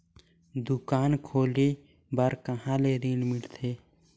दुकान खोले बार कहा ले ऋण मिलथे?